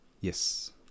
Yes